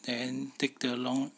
then take too long